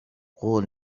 قول